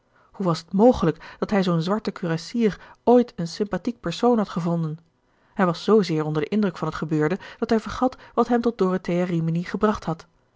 hoe was t mogelijk dat hij zoo'n zwarten kurassier ooit een sympathiek persoon had gevonden hij was zoo zeer onder den indruk van het gebeurde dat hij vergat wat hem tot dorothea rimini gebracht had